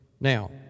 Now